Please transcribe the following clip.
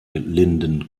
linden